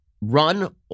run